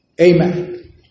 Amen